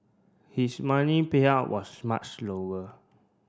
his money payout was much lower